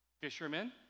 fishermen